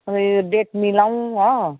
खोई यो डेट मिलाउँ हो